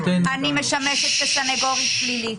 משמשת כסנגורית פלילית.